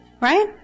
right